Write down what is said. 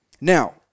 Now